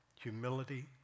Humility